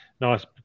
nice